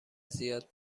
زیاد